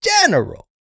general